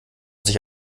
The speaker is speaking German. sich